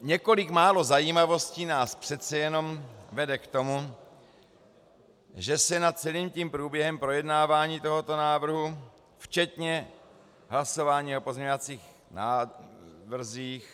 Několik málo zajímavostí nás přece jenom vede k tomu, že se nad celým průběhem projednávání tohoto návrhu včetně hlasování o pozměňovacích návrzích...